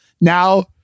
Now